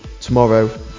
tomorrow